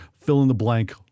fill-in-the-blank